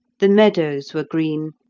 the meadows were green,